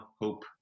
hope